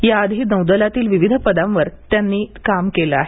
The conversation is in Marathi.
याआधी नौदलातील विविध पदांवर त्यांनी काम केलं आहे